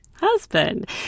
husband